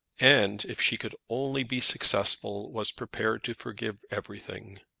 and, if she could only be successful, was prepared to forgive everything.